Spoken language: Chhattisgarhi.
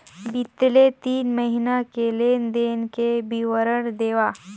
बितले तीन महीना के लेन देन के विवरण देवा?